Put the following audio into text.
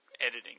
editing